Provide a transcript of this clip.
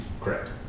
Correct